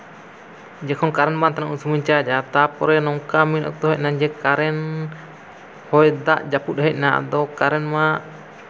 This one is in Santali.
ᱡᱚᱠᱷᱚᱱ ᱠᱟᱨᱮᱱᱴ ᱵᱟᱝ ᱛᱟᱦᱮᱱᱟ ᱩᱱ ᱥᱚᱢᱚᱭᱤᱧ ᱪᱟᱨᱡᱽᱼᱟ ᱛᱟᱨᱯᱚᱨᱮ ᱱᱚᱝᱠᱟ ᱢᱤᱫ ᱚᱠᱛᱚ ᱦᱮᱡᱱᱟ ᱡᱮ ᱠᱟᱨᱮᱱᱴ ᱦᱚᱭᱼᱫᱟᱜ ᱡᱟᱹᱯᱩᱫ ᱦᱮᱡᱱᱟ ᱟᱫᱚ ᱠᱟᱨᱮᱱᱴ ᱢᱟ